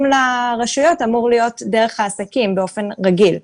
לרשויות אמור להיות דרך העסקים באופן רגיל.